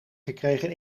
gekregen